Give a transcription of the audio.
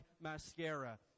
mascara